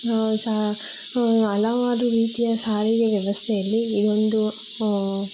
ಹಲವಾರು ರೀತಿಯ ಸಾರಿಗೆ ವ್ಯವಸ್ಥೆಯಲ್ಲಿ ಇದೊಂದು